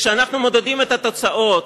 כשאנחנו מודדים את התוצאות,